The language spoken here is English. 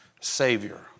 Savior